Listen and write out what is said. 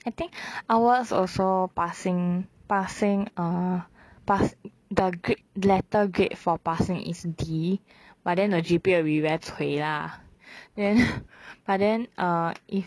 I think ours also passing passing err pass the grade letter grade for passing is D but then the G_P_A will be very cui lah then but then ah